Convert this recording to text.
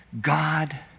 God